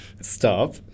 stop